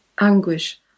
anguish